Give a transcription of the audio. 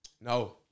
No